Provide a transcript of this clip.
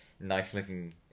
nice-looking